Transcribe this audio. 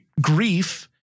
grief